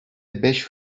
beş